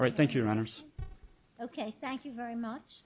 all right thank you runners ok thank you very much